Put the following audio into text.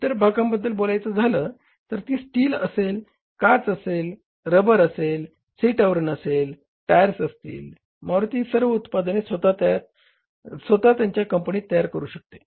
इतर भागांबद्दल बोलायच झाल तर ती स्टील असेल काच असेल रबर असेल सीट आवरण असेल टायर्स असेल मारुती ही सर्व उत्पादने स्वतः त्यांच्या कंपनीत तयार करू शकते